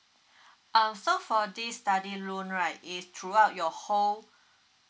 um so for this study loan right is throughout your whole